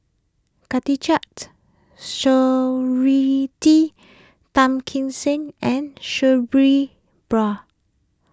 Khatijah Surattee Tan Kim Seng and Sabri Bra